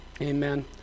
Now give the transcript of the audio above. Amen